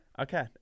okay